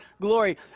glory